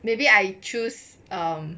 maybe I choose um